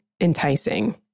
enticing